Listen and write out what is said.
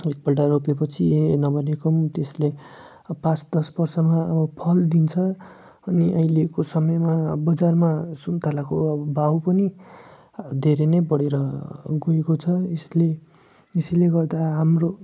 एकपल्ट रोपेपछि नभनेको पनि त्यसले पाँच दस वर्षमा अब फल दिन्छ अनि अहिलेको समयमा बजारमा सुन्तालाको भाउ पनि धेरै नै बढेर गएको छ यसले यसैले गर्दा हाम्रो